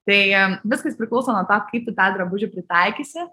tai viskas priklauso nuo to kaip tu tą drabužį pritaikysi